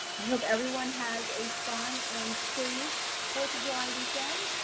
i hope everyone has a fun and safe fourth of july weekend.